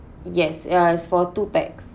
yes uh is for two pax